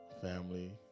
family